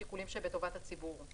שיקולים שבטובת הציבור.